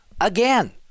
again